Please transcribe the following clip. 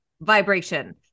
vibration